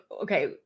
okay